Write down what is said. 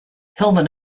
hillman